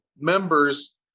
members